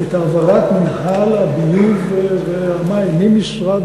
את העברת מינהל הביוב והמים ממשרד